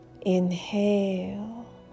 Inhale